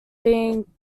being